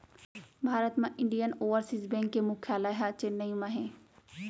भारत म Indian overseas bank के मुख्यालय ह चेन्नई म हे